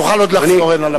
תוכל עוד לחזור הנה לדוכן.